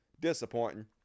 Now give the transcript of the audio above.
Disappointing